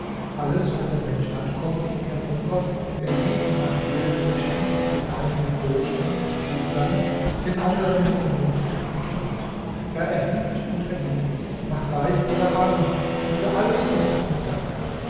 alles was der mensch hat kommt ihm ja von gott der jeden nach willen beschenkt den einen mit wohlstand und kindern den anderen mit vernunft und verstand er erhebt und erniedrigt macht reich oder arm und für alles muß man ihm danken